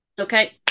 okay